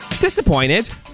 Disappointed